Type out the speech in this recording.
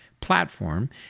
platform